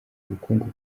ubukungu